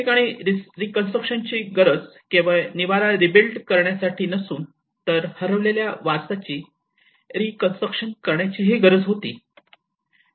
ठिकाणी रीकन्स्ट्रक्शन ची गरज केवळ निवारा रिबिल्ड करण्यासाठी नसून तर हरवलेल्या वारसाची रीकन्स्ट्रक्शन करण्याचीही गरज होती